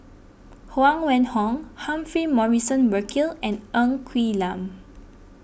Huang Wenhong Humphrey Morrison Burkill and Ng Quee Lam